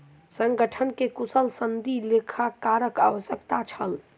संगठन के कुशल सनदी लेखाकारक आवश्यकता छल